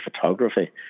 photography